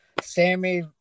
Sammy